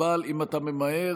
אבל אם אתה ממהר,